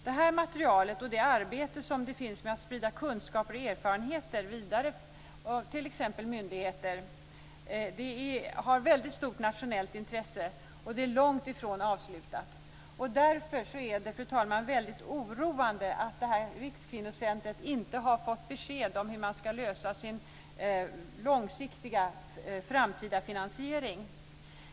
Det här materialet och det arbete som gjorts för att sprida kunskaper och erfarenheter vidare exempelvis när det gäller myndigheter har ett väldigt stort nationellt intresse och det är långt ifrån avslutat. Därför är det, fru talman, mycket oroande att Rikskvinnocentrum inte har fått besked om hur man ska lösa sin långsiktiga framtida finansiering.